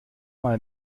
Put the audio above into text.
mal